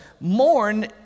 mourn